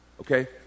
okay